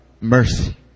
mercy